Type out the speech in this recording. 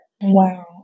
Wow